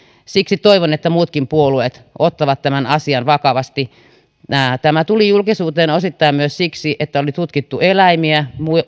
siksi toivon että muutkin puolueet ottavat tämän asian vakavasti tämä tuli julkisuuteen osittain myös siksi että oli tutkittu eläimiä